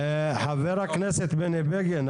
חבר הכנסת בני בגין,